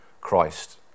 christ